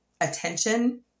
attention